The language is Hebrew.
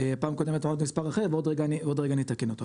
בפעם הקודמת אמרנו מספר אחר ועוד רגע נתקן אותו.